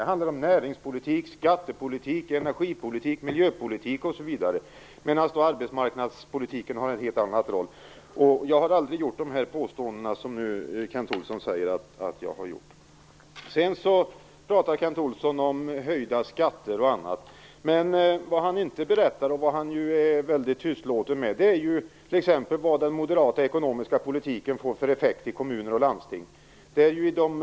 Det handlar om näringspolitik, skattepolitik, energipolitik, miljöpolitik osv. Arbetsmarknadspolitiken har en helt annan roll. Jag har aldrig gjort de påståenden som Kent Olsson säger att jag har gjort. Sedan pratade Kent Olsson om höjda skatter och annat. Men han berättade inte vad den moderata ekonomiska politiken får för effekter i kommuner och landsting. Det var han väldigt tystlåten om.